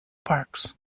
parks